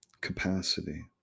capacity